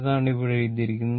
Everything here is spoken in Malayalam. അതാണ് ഇവിടെ എഴുതിയിരിക്കുന്നത്